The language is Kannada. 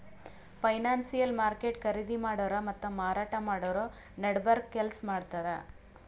ಫೈನಾನ್ಸಿಯಲ್ ಮಾರ್ಕೆಟ್ ಖರೀದಿ ಮಾಡೋರ್ ಮತ್ತ್ ಮಾರಾಟ್ ಮಾಡೋರ್ ನಡಬರ್ಕ್ ಕೆಲ್ಸ್ ಮಾಡ್ತದ್